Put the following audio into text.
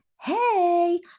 hey